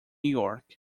york